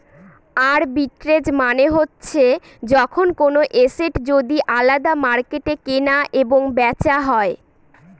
arbitrage মানে হচ্ছে যখন কোনো এসেট যদি আলাদা মার্কেটে কেনা এবং বেচা হয়